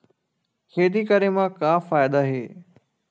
खेती करे म का फ़ायदा हे?